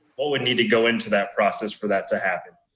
all we need to go into that process for that to happen.